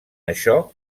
això